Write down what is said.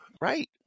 right